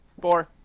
Four